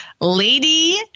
Lady